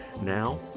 Now